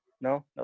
No